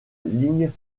ligne